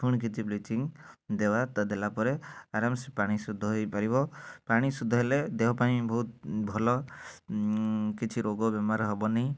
ଫୁଣି କିଛି ବ୍ଲିଚିଂ ଦେବା ତା ଦେଲା ପରେ ଆରାମସେ ପାଣି ଶୁଦ୍ଧ ହେଇପାରିବ ପାଣି ଶୁଦ୍ଧ ହେଲେ ଦେହ ପାଇଁ ବହୁତ ଭଲ କିଛି ରୋଗ ବେମାର ହେବନି